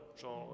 genre